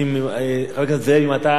אם אתה הינקת את הילדים.